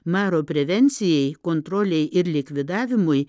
maro prevencijai kontrolei ir likvidavimui